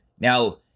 Now